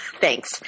Thanks